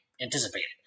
anticipated